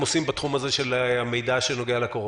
עושים בתחום הזה של המידע שנוגע לקורונה.